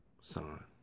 son